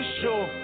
sure